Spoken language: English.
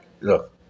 look